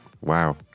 Wow